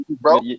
Bro